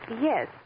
Yes